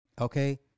Okay